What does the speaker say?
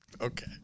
Okay